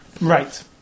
Right